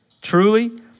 truly